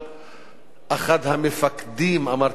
אחד המפקדים, שאמר: תקצרו אותם,